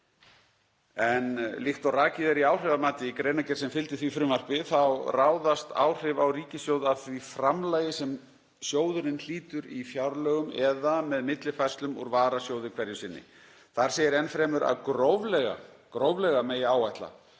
Líkt og rakið er í áhrifamati í greinargerð sem fylgdi því frumvarpi þá ráðast áhrif á ríkissjóð af því framlagi sem sjóðurinn hlýtur í fjárlögum eða með millifærslum úr varasjóði hverju sinni. Þar segir enn fremur að gróflega megi áætla